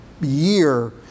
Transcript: year